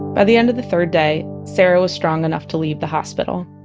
by the end of the third day, sarah was strong enough to leave the hospital.